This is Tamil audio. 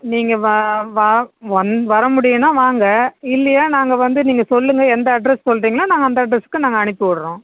நீங்கள் வா வா வந் வர முடியுன்னா வாங்க இல்லையா நாங்கள் வந்து நீங்கள் சொல்லுங்கள் எந்த அட்ரெஸ் சொல்லுறீங்களோ நாங்கள் அந்த அட்ரெஸுக்கு நாங்கள் அனுப்பி விடுறோம்